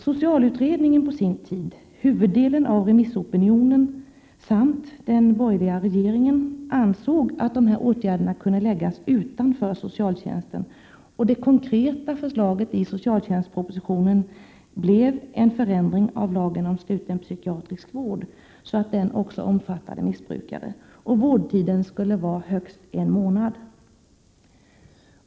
Socialutredningen, huvuddelen av remissopinionen samt den borgerliga regeringen ansåg på sin tid att dessa åtgärder skulle läggas utanför socialtjänsten, och det konkreta förslaget i socialtjänstpropositionen blev en förändring av lagen om sluten psykiatrisk vård så att den också omfattade missbrukare. Vårdtiden skulle bli högst en månad.